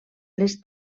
les